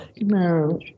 No